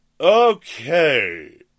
Okay